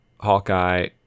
Hawkeye